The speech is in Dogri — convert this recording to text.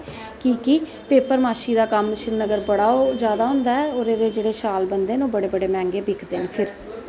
के के पेपर माशी दा कम्म श्रीनगर च बड़ा होंदा ऐ और ओह्दे जेह्ड़े शाल बनदे न ओह् बड़े मैंह्गे बिकदे न फिर